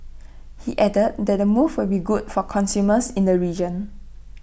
he added that the move will be good for consumers in the region